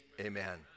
Amen